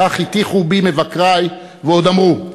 כך הטיחו בי מבקרי, ועוד אמרו: